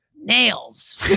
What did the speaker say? nails